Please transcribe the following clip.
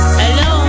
hello